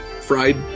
fried